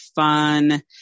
fun